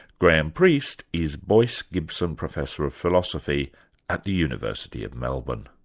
graham priest is boyce gibson professor of philosophy at the university of melbourne.